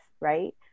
right